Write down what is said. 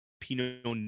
Pinot